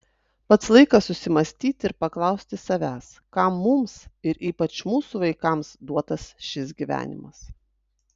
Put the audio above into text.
pats laikas susimąstyti ir paklausti savęs kam mums ir ypač mūsų vaikams duotas šis gyvenimas